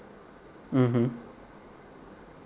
mmhmm